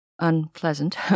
unpleasant